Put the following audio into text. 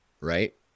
right